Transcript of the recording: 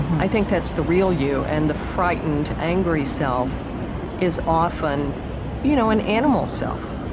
i think that's the real you, and the frightened, angry self is often you know an animal self.